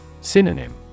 Synonym